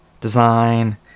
design